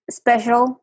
special